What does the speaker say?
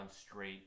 straight